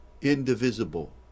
indivisible